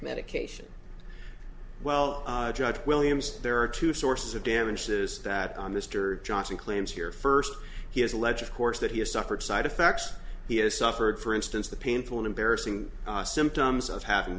medication well judge williams there are two sources of damages that on mr johnson claims here first he has allege of course that he has suffered side effects he has suffered for instance the painful and embarrassing symptoms of having